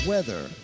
Weather